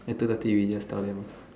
at two thirty we just tell them ah